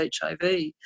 HIV